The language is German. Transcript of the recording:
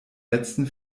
letzten